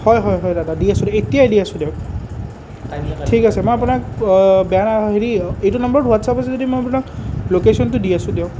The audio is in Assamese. হয় হয় হয় দাদা দি আছোঁ এতিয়াই দি আছোঁ দিয়ক ঠিক আছে মই আপোনাক বেয়া নাভাবি হেৰি এইটো নম্বৰত হোৱাটছএপ আছে যদি মই আপোনাক লোকেচনটো দি আছোঁ দিয়ক